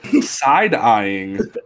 side-eyeing